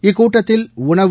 இக்கூட்டத்தில் உணவு